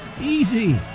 Easy